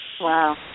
Wow